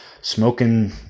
smoking